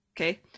Okay